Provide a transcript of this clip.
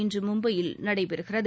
இன்று மும்பையில் நடைபெறுகிறது